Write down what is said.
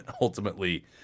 ultimately